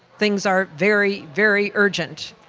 things are very, very urgent.